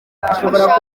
ashaka